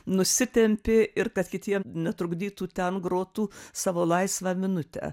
nusitempė ir kad kitiem netrukdytų ten grotų savo laisvą minutę